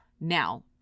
Now